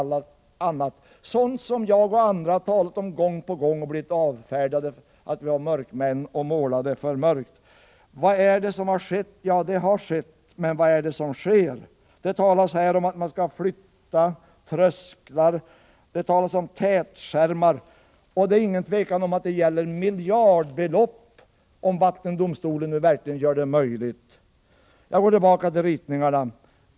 Dessa saker har jag och även andra gång på gång påtalat. Men våra uttalanden har avfärdats. Man sade att vi var mörkmän, att vi målade upp en alltför mörk bild. Vad är det då som har skett? för någonting har skett. Och vad är det som sker? Det talas här om trösklar som skall flyttas och om tätskärmar. Det råder inget tvivel om att det är fråga om miljardbelopp, om nu vattendomstolen gör det möjligt att åstadkomma ändringar. Jag återgår till det här med ritningarna.